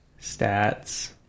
stats